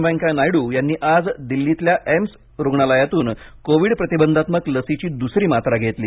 वेंकैया नायडू यांनी आज दिल्लीतल्या एम्समध्ये रुग्णालयातून कोविड प्रतिबंधात्मक लसीची दुसरी मात्रा घेतली